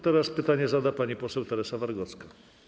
Teraz pytanie zada pani poseł Teresa Wargocka.